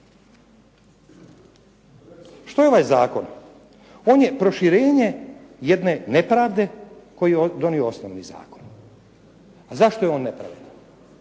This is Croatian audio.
Što je ovaj Zakon on je proširenje jedne nepravde koju je donio osnovni zakon, a zašto je on nepravedan.